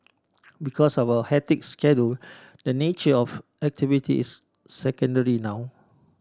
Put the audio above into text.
because of hectic schedule the nature of activity is secondary now